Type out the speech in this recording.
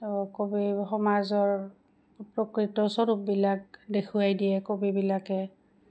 ত' কবি সমাজৰ প্ৰকৃত স্বৰূপবিলাক দেখুৱাই দিয়ে কবিবিলাকে